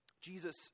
Jesus